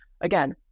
again